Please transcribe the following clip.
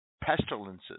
pestilences